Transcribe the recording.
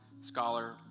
scholar